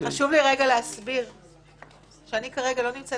חשוב לי להסביר שאני כרגע לא נמצאת